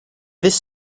this